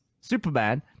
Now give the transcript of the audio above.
Superman